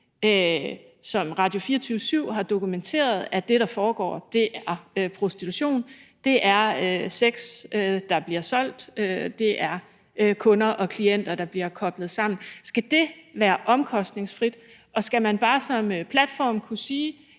hvor Radio24syv har dokumenteret, at det, der foregår, er prostitution? Det er sex, der bliver solgt, og det er kunder og klienter, der bliver koblet sammen. Skal det være omkostningsfrit, og skal man bare som platform kunne sige,